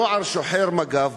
נוער שוחר מג"ב,